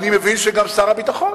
אני מבין שגם שר הביטחון,